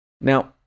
Now